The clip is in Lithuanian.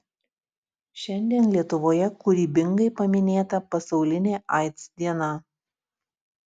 šiandien lietuvoje kūrybingai paminėta pasaulinė aids diena